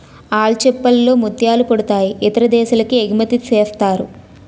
ఆల్చిచిప్పల్ లో ముత్యాలు పుడతాయి ఇతర దేశాలకి ఎగుమతిసేస్తారు